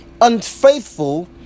unfaithful